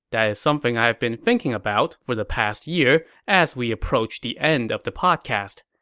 that is something i have been thinking about for the past year as we approached the end of the podcast.